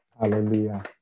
Hallelujah